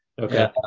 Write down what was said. Okay